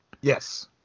Yes